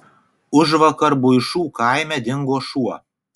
užvakar buišų kaime dingo šuo